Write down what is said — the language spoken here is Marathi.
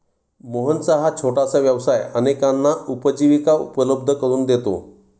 मोहनचा हा छोटासा व्यवसाय अनेकांना उपजीविका उपलब्ध करून देतो